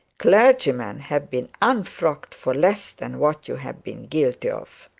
clergymen have been unfrocked for less than what you have been guilty of